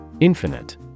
Infinite